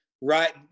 right